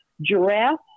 giraffe